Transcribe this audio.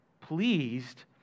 pleased